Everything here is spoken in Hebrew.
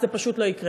זה פשוט לא יקרה.